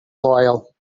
loyal